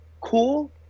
cool